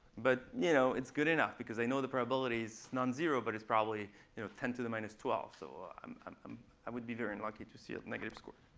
but you know it's good enough because they know the probabilities non-zero but it's probably you know ten to the minus twelve. so um um um i would be very unlucky to see a negative score.